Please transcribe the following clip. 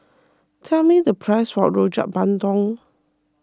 tell me the price of Rojak Bandung